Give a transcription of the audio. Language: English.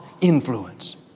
influence